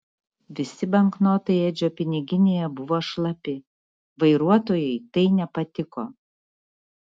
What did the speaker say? visi banknotai edžio piniginėje buvo šlapi vairuotojui tai nepatiko